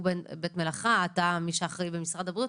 הוא בית מלאכה ואתה מי שאחראי במשרד הבריאות,